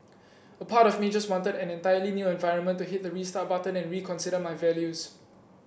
a part of me just wanted an entirely new environment to hit the restart button and reconsider my values